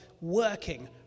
working